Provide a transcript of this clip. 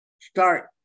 start